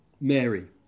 Mary